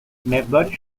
مقداری